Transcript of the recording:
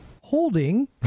Holding